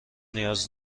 نیاز